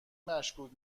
مشکوک